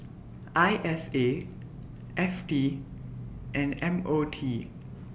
I S A F T and M O T